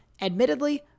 Admittedly